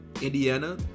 Indiana